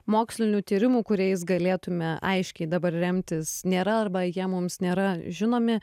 mokslinių tyrimų kuriais galėtume aiškiai dabar remtis nėra arba jie mums nėra žinomi